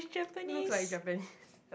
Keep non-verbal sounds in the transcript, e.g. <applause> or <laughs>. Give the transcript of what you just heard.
<noise> looks like Japanese <laughs>